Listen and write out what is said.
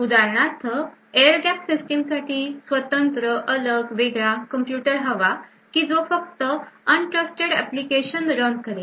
उदाहरणार्थ air gapped system साठी स्वतंत्र वेगळा कॉम्प्युटर हवा कि जो फक्त अविश्वासू एप्लीकेशन रन करेल